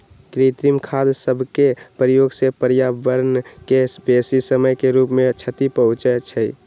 कृत्रिम खाद सभके प्रयोग से पर्यावरण के बेशी समय के रूप से क्षति पहुंचइ छइ